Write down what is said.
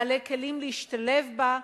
בעלי כלים להשתלב בה,